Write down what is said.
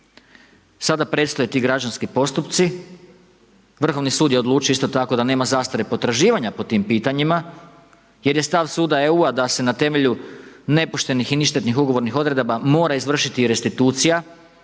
sada predstoje ti građanski postupci, vrhovni sud je odlučio isto tako da nema zastare potraživanja po tim pitanjima jer je stav suda EU-a da se na temelju nepoštenih i ništetnih ugovornih odredaba mora izvršiti restitucija